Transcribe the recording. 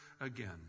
again